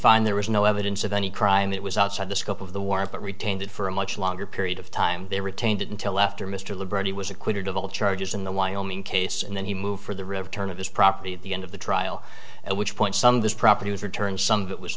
find there was no evidence of any crime that was outside the scope of the warrant but retained it for a much longer period of time they retained it until after mr libretti was acquitted of all charges in the wyoming case and then he moved for the return of his property at the end of the trial at which point some of this property was returned some of it was